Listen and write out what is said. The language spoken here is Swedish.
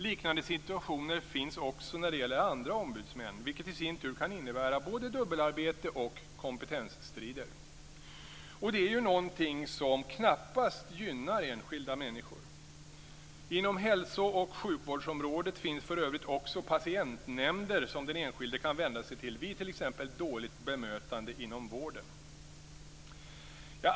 Liknande situationer finns också när det gäller andra ombudsmän, vilket i sin tur kan innebära både dubbelarbete och kompetensstrider. Det är någonting som knappast gynnar enskilda människor. Inom hälso och sjukvårdsområdet finns för övrigt också patientnämnder som den enskilde kan vända sig till vid t.ex. dåligt bemötande inom vården.